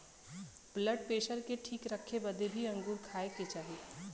blood pressure के ठीक रखे खातिर भी अंगूर खाए के चाही